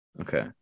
Okay